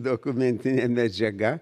dokumentinė medžiaga